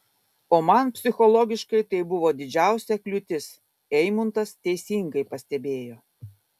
o man psichologiškai tai buvo didžiausia kliūtis eimuntas teisingai pastebėjo